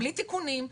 בלי תיקונים,